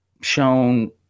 shown